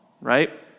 right